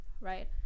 Right